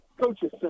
Coaches